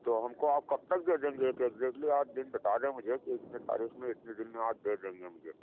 تو ہم کو آپ کب تک دے دیں گے ایک ایگزیٹلی آپ دِن بتا دیں مجھے كہ اتنی تاریخ میں اتنے دِن میں آپ دے دیں گے مجھے